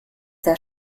sehr